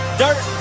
dirt